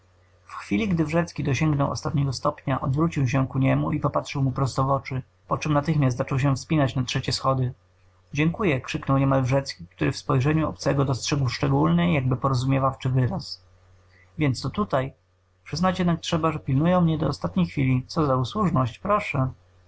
w chwili gdy wrzecki dosięgnął ostatniego stopnia odwrócił się ku niemu i popatrzył mu prosto w oczy poczem natychmiast zaczął się wspinać na trzecie schody dziękuję krzyknął niemal wrzecki który w spojrzeniu obcego dostrzegł szczególny jakby porozumiewawczy wyraz więc to tutaj przyznać jednak potrzeba że pilnują mnie do ostatniej chwili co za usłużność proszę